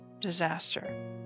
disaster